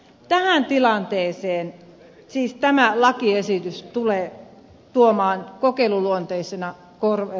tähän tilanteeseen siis tämä lakiesitys tulee tuomaan kokeiluluonteisena muutoksen